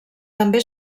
també